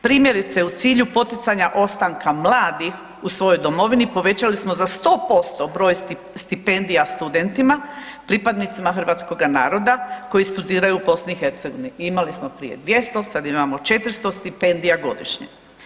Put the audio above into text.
Primjerice, u cilju poticanja ostanka mladih u svojoj domovini povećali smo za 100% broj stipendija studentima pripadnicima hrvatskoga naroda koji studiraju u BiH i imali smo prije 200, sad imamo 400 stipendija godišnje.